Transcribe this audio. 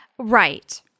Right